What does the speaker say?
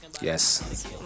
Yes